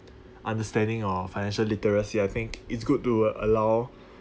uh understanding your financial literacy I think it's good to allow